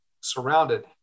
surrounded